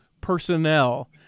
Personnel